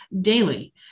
daily